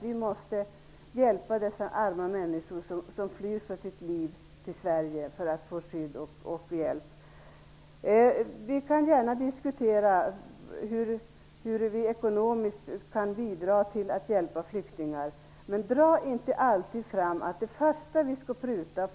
Vi måste hjälpa de arma människor som flyr för sina liv och behöver skydd och hjälp i Sverige. Vi diskuterar gärna hur hjälpen till flyktingar ekonomiskt skall utformas, men dra inte alltid fram att det första som vi skall angripa